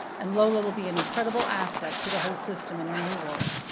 and luoluo will be an incredible asset to the whole system in her new role.